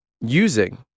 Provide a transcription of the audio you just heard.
using